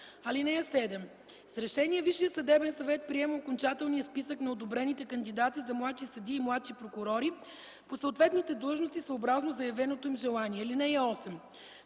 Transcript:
(7) С решение Висшият съдебен съвет приема окончателния списък на одобрените кандидати за младши съдии и младши прокурори по съответните длъжности съобразно заявеното им желание. (8)